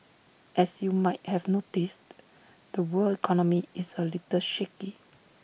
as you might have noticed the world economy is A little shaky